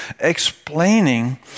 explaining